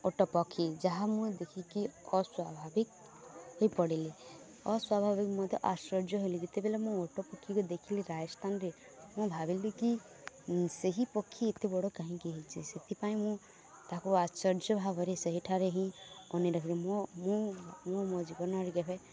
ଓଟ ପକ୍ଷୀ ଯାହା ମୁଁ ଦେଖିକି ଅସ୍ଵାଭାବିକଇ ପଡ଼ିଲି ଅସ୍ଵାଭାବିକ ମଧ୍ୟ ଆଶ୍ଚର୍ଯ୍ୟ ହେଲି ଯେତେବେଲେ ମୁଁ ଓଟ ପକ୍ଷୀକୁ ଦେଖିଲି ରାଜସ୍ଥାନରେ ମୁଁ ଭାବିଲି କି ସେହି ପକ୍ଷୀ ଏତେ ବଡ଼ କାହିଁକି ହେଇଚି ସେଥିପାଇଁ ମୁଁ ତାକୁ ଆଶ୍ଚର୍ଯ୍ୟ ଭାବରେ ସେହିଠାରେ ହିଁ ଅନେଇ ରଖିଲି ମୋ ମୁଁ ମୁଁ ମୋ ଜୀବନରେ କେବେ